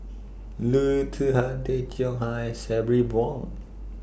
Loo Zihan Tay Chong Hai Sabri Buang